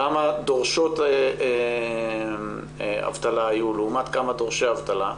כמה דורשות אבטלה היו לעומת כמה דורשי אבטלה,